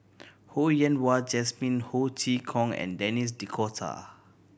Ho Yen Wah Jesmine Ho Chee Kong and Denis D'Cotta